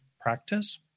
practice